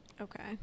Okay